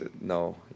No